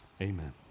Amen